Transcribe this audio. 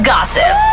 Gossip